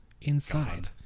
inside